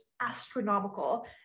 astronomical